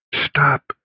Stop